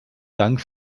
dank